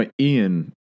Ian